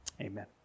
Amen